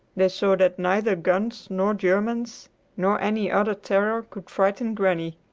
they saw that neither guns nor germans nor any other terror could frighten granny.